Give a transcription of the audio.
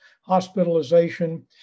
hospitalization